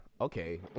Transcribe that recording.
okay